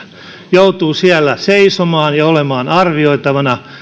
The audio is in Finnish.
joutuu siellä seisomaan ja olemaan arvioitavana